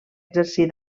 exercir